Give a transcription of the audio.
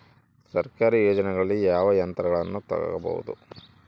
ಸರ್ಕಾರಿ ಯೋಜನೆಗಳಲ್ಲಿ ಯಾವ ಯಂತ್ರಗಳನ್ನ ತಗಬಹುದು?